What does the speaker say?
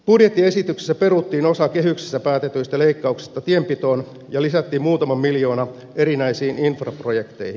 budjettiesityksessä peruttiin osa kehyksissä päätetystä leikkauksista tienpitoon ja lisättiin muutama miljoona erinäisiin infraprojekteihin